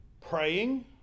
praying